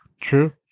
True